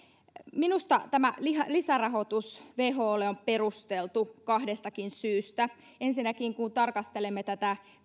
minusta tämä lisärahoitus wholle on perusteltu kahdestakin syystä ensinnäkin kun tarkastelemme tätä